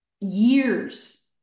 years